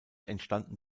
entstanden